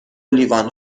لیوان